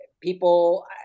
people